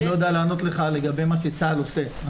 אני לא יודע לענות לך לגבי מה שצה"ל עושה.